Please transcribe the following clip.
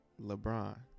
LeBron